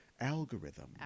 Algorithm